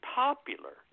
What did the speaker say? popular